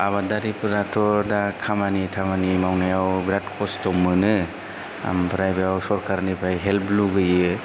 आबादरिफोराथ' दा खामानि दामानि मावनायाव बिराद मावनायाव खस्थ' मोनो आमफ्राय बेयाव सरखारनिफ्राय हेल्प लुगैयो